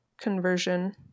conversion